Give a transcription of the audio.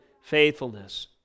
faithfulness